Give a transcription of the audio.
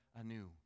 anew